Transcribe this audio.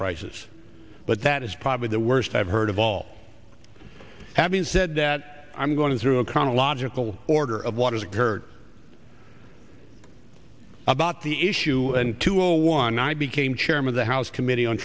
prices but that is probably the worst i've heard of all having said that i'm going through a con a logical order of waters and heard about the issue and to a one i became chairman of the house committee on